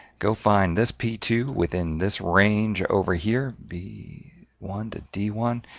go find this p two within this range over here, b one d one,